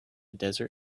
desert